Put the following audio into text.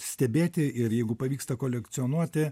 stebėti ir jeigu pavyksta kolekcionuoti